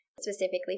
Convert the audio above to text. specifically